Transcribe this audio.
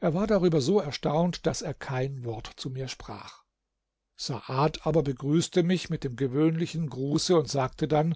er war darüber so erstaunt daß er kein wort zu mir sprach saad aber begrüßte mich mit dem gewöhnlichen gruße und sagte dann